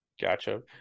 Gotcha